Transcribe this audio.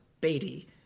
Beatty